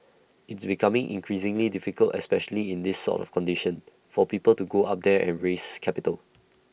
it's becoming increasingly difficult especially in these sort of conditions for people to go up there and raise capital